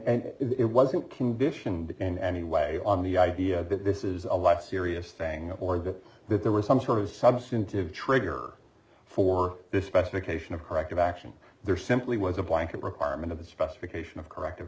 and it wasn't conditioned in any way on the idea that this is a lot serious thing or that there was some sort of substantive trigger for this specification of corrective action there simply was a blanket requirement of the specification of corrective